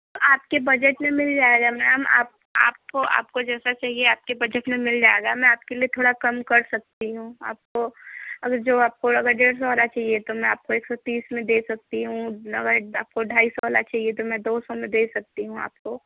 आपके बजट मिल जाएगा मैम आप आपको आपको जैसा चाहिए आपके बजट में मिल जाएगा मैं आपके लिए थोड़ा कम कर सकती हूँ आपको अगर जो आपको अगर डेढ़ सौ वाला चाहिए तो मैं आपको एक सौ तीस में दे सकती हूँ अगर आपको ढाई सौ वाला चाहिए तो मैं दो सौ में दे सकती हूँ आपको